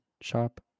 shop